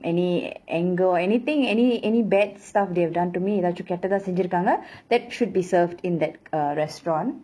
any anger or anything any any bad stuff they've done to me எதாச்சும் கெட்டதா செஞ்சிருக்காங்க:ethaachum kettadha senjirukaanga that should be served in that uh restaurant and